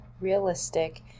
realistic